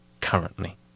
currently